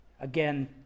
Again